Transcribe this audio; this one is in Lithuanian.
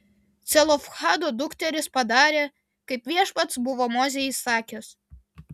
celofhado dukterys padarė kaip viešpats buvo mozei įsakęs